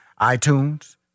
iTunes